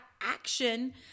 action